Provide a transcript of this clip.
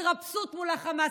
התרפסות מול החמאס,